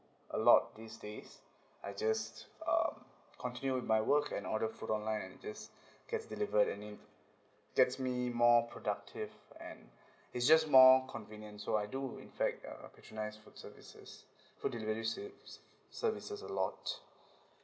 a lot these days I just um continue with my work and order food online and it just gets delivered and it gets me more productive and it's just more convenient so I do in fact uh patronise food services food delivery serv~ services a lot